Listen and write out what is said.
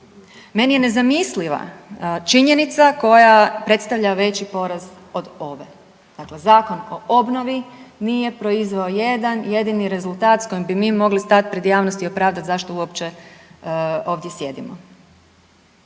Meni je nezamisliva činjenica koja predstavlja veći poraz od ove. Dakle, Zakon o obnovi nije proizveo jedan jedini rezultata s kojim bi mi mogli stati pred javnost i opravdati zašto uopće ovdje sjedimo.